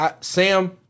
Sam